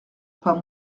pas